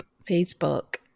Facebook